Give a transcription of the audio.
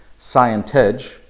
Scientage